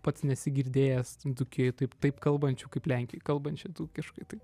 pats nesi girdėjęs dzūkijoj taip taip kalbančių kaip lenkijoj kalbančių dzūkiškai tai